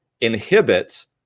inhibit